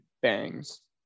bangs